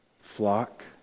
flock